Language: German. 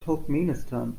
turkmenistan